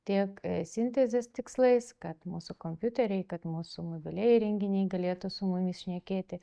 tiek sintezės tikslais kad mūsų kompiuteriai kad mūsų mobilieji įrenginiai galėtų su mumis šnekėti